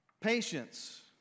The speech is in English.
patience